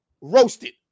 Roasted